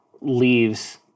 leaves